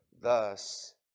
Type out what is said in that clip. thus